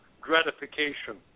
gratification